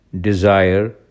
desire